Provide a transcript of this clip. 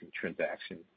transaction